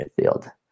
midfield